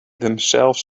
themselves